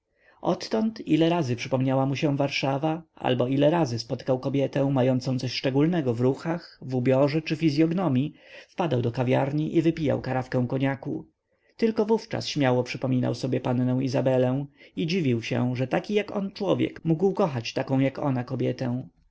odtąd ile razy przypomniała mu się warszawa albo ile razy spotkał kobietę mającą coś szczególnego w ruchach w ubiorze czy fizyognomii wpadał do kawiarni i wypijał karafkę koniaku tylko wówczas śmiało przypominał sobie pannę izabelę i dziwił się że taki jak on człowiek mógł kochać taką jak ona kobietę